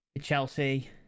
Chelsea